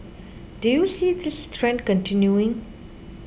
do you see this trend continuing